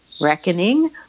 reckoning